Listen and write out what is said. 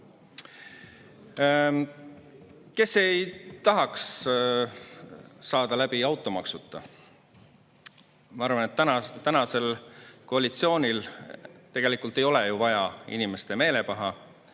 ei tahaks saada läbi automaksuta? Ma arvan, et tänasel koalitsioonil ei ole ju vaja inimeste meelepaha,